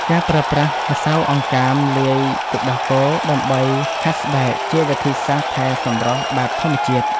ការប្រើប្រាស់ម្សៅអង្កាមលាយទឹកដោះគោដើម្បីខាត់ស្បែក ជាវិធីសាស្ត្រថែសម្រស់បែបធម្មជាតិ។